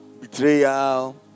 betrayal